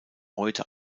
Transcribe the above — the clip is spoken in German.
heute